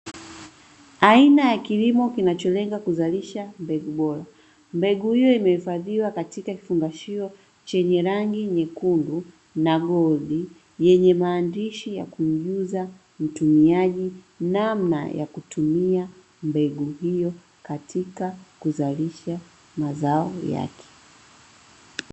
Aina ya kilimo kinacholenga kuzalisha mbegu bora. Mbegu hiyo imehifadhiwa katika kifungashio chenye rangi nyekundu na goldi, yenye maandishi ya kumjuza mtumiaji namna ya kutumia mbegu hiyo katika kuzalisha mazao yake.